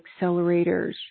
accelerators